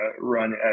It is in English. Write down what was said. run